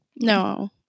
No